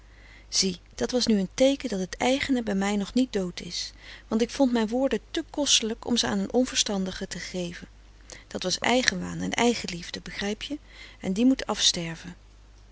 zie dat was nu een teeken dat het eigene bij mij nog niet dood is want ik vond mijn woorden te frederik van eeden van de koele meren des doods kostelijk om ze aan een onverstandige te geven dat was eigenwaan en eigenliefde begrijp je en die moet afsterven